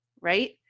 right